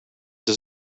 does